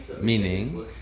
Meaning